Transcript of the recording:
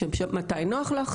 שהם שאלו מתי נוח לך,